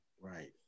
Right